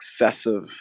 excessive